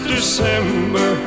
December